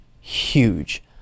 huge